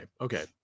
okay